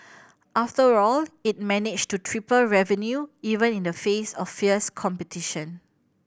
after all it managed to triple revenue even in the face of fierce competition